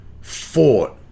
fought